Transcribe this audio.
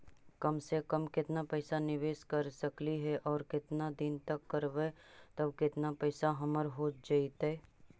कम से कम केतना पैसा निबेस कर सकली हे और केतना दिन तक करबै तब केतना पैसा हमर हो जइतै?